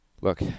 Look